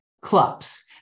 clubs